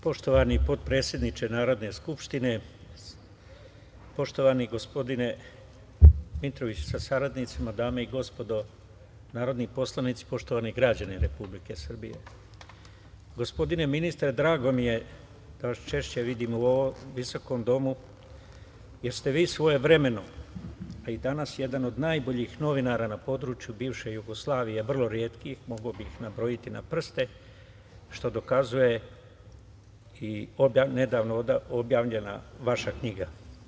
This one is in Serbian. Poštovani potpredsedniče Narodne skupštine, poštovani gospodine Dmitroviću sa saradnicima, dame i gospodo narodni poslanici, poštovani građani Republike Srbije, gospodine ministre drago mi je da vas češće vidim u ovom visokom domu jer ste vi svojevremeno, a i danas jedan od najboljih novinara na području bivše Jugoslavije, vrlo retki, mogao bih nabrojiti na prste, što dokazuje i nedavno objavljena vaša knjiga.